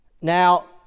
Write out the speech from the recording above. Now